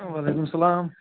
وعلیکُم السلام